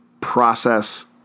process